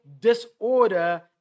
disorder